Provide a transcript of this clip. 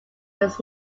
was